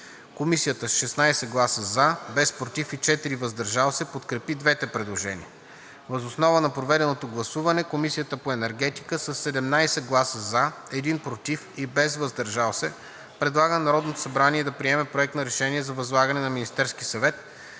Комисията с 16 гласа „за“, без „против“ и 4 „въздържал се“ подкрепи двете предложения. Въз основа на проведеното гласуване Комисията по енергетика със 17 гласа „за“, 1 „против“ и без „въздържал се“ предлага на Народното събрание да приеме Проект на решение за възлагане на Министерския съвет